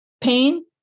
pain